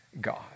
God